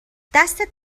دستت